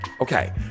Okay